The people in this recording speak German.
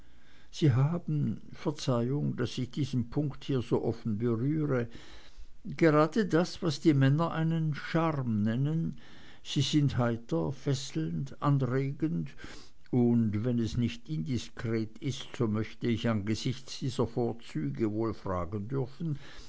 sie haben verzeihung daß ich diesen punkt hier so offen berühre gerade das was die männer einen scharm nennen sie sind heiter fesselnd anregend und wenn es nicht indiskret ist so möcht ich angesichts dieser ihrer vorzüge wohl fragen dürfen